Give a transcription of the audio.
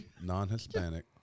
non-Hispanic